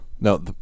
No